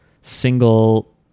single